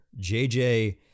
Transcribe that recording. JJ